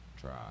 try